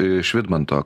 iš vidmanto